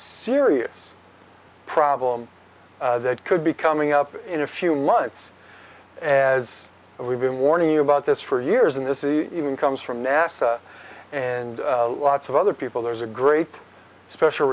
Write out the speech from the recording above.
serious problem that could be coming up in a few months and as we've been warning you about this for years and this is even comes from nasa and lots of other people there's a great special